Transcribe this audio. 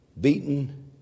beaten